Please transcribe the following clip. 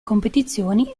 competizioni